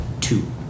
two